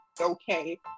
okay